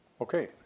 Okay